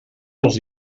els